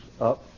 up